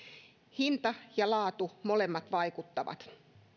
hinta ja laatu molemmat vaikuttavat